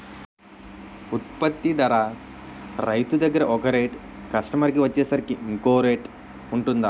ఉత్పత్తి ధర రైతు దగ్గర ఒక రేట్ కస్టమర్ కి వచ్చేసరికి ఇంకో రేట్ వుంటుందా?